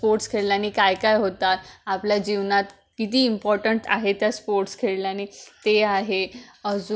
sports खेळल्याने काय काय होतात आपल्या जीवनात किती इम्पॉर्टंट आहे त्या स्पोर्ट्स खेळल्याने ते आहे अजून